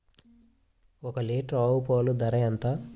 ఒక్క లీటర్ ఆవు పాల ధర ఎంత?